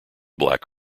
black